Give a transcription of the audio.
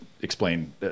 explain